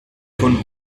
von